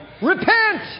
Repent